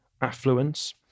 affluence